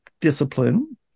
discipline